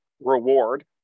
reward